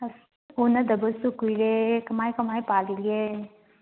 ꯑꯁ ꯎꯅꯗꯕꯁꯨ ꯀꯨꯏꯔꯦ ꯀꯃꯥꯏ ꯀꯃꯥꯏꯅ ꯄꯥꯜꯂꯤꯒꯦ